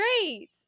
great